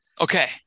okay